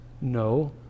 No